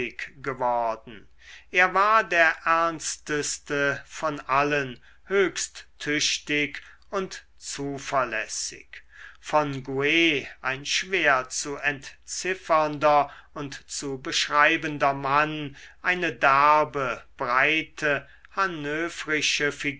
geworden er war der ernsteste von allen höchst tüchtig und zuverlässig von gou ein schwer zu entziffernder und zu beschreibender mann eine derbe breite hannövrische